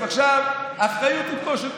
עכשיו האחריות היא פה של כולנו.